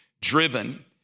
driven